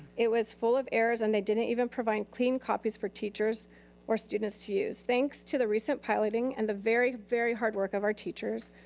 it was full of errors and they didn't even provide clean copies for teaches or students to use. thanks to the recent piloting and the very, very hard work of our teachers,